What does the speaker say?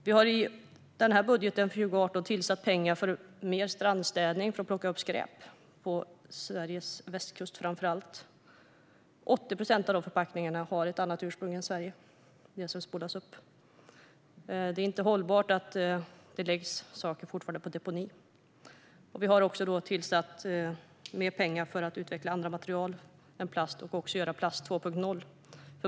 Vi har i budgeten för 2018 tillfört pengar för mer strandstädning för att plocka upp skräp på framför allt Sveriges västkust. 80 procent av förpackningarna som spolas upp har ett annat ursprungsland än Sverige. Det är inte hållbart att det fortfarande läggs saker på deponi. Vi har också avsatt mer pengar för att utveckla andra material än plast och också göra plast 2.0.